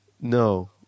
No